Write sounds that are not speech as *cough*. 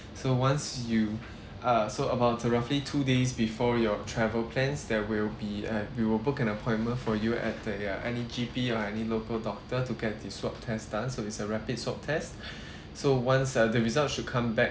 so once you uh so about the roughly two days before your travel plans there will be uh we will book an appointment for you at the uh any G_P or any local doctor to get the swab test done so it's a rapid swab test *breath* so once uh the results should come back